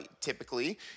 typically